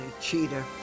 Cheetah